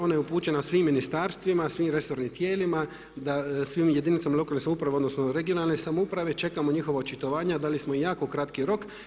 Ona je upućena svim ministarstvima, svim resornim tijelima, da svim jedinicama lokalne samouprave odnosno regionalne samouprave čekamo njihova očitovanja, dali smo jako kratki rok.